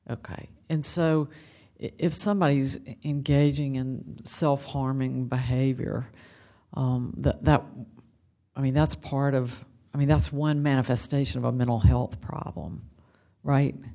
ok and so if somebody is engaging in self harming behavior that i mean that's part of i mean that's one manifestation of a mental health problem right